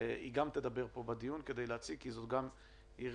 וגם היא תדבר בדיון כי זאת גם עיר